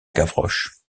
gavroche